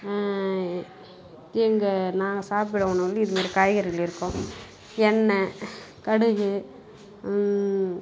இங்கே நாங்கள் சாப்பிடுற உணவில் இதுமாதிரி காய்கறிகள் இருக்கும் எண்ணெய் கடுகு